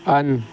on